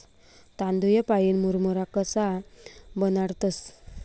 तांदूय पाईन मुरमुरा कशा बनाडतंस?